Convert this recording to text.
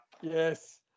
Yes